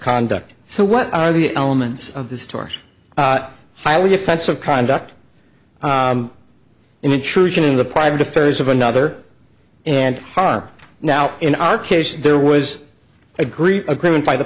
conduct so what are the elements of the story highly offensive conduct an intrusion in the private affairs of another and harm now in our case there was agreed agreement by the